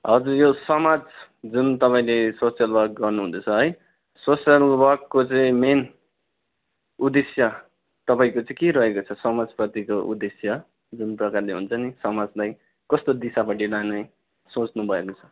हजुर यो समाज जुन तपाईँले सोसियल वर्क गर्नु हुँदैछ है सोसियल वर्कको चाहिँ मेन उद्देश्य तपाईँको चाहिँ के रहेको छ समाजप्रतिको उद्देश्य जुन प्रकारले हुन्छ नि समाजलाई कस्तो दिशापट्टि लाने सोच्नु भएको छ